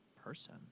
person